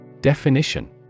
Definition